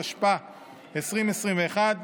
התשפ"א 2021,